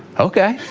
okay.